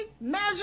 measure